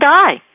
die